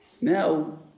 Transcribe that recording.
Now